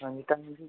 ते कन्नै तुसेंगी